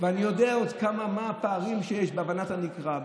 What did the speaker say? ואני יודע מה הפערים שיש בהבנת הנקרא,